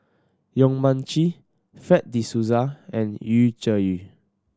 Yong Mun Chee Fred De Souza and Yu Zhuye